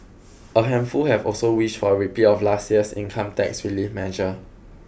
a handful have also wished for a repeat of last year's income tax relief measure